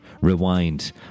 rewind